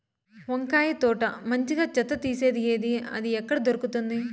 వంకాయ తోట మంచిగా చెత్త తీసేది ఏది? అది ఎక్కడ దొరుకుతుంది?